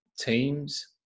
teams